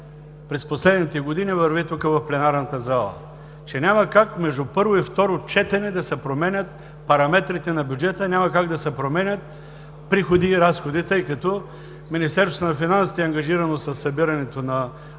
през последните години върви тук, в пленарната зала, че няма как между първо и второ четене да се променят параметрите на бюджета, няма как да се променят приходи и разходи, тъй като Министерството на финансите е ангажирано със събирането на